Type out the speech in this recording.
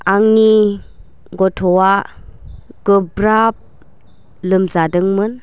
आंनि गथ'आ गोब्राब लोमजादोंमोन